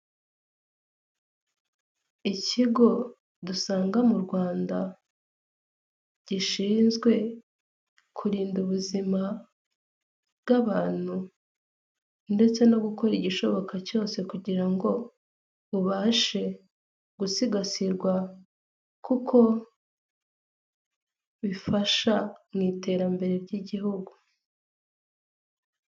Ikigo dusanga mu Rwanda gishinzwe kurinda ubuzima bw'abantu ndetse no gukora igishoboka cyose kugira ngo ubashe gusigasirwa kuko bifasha mu iterambere ry'igihugu.